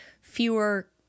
Fewer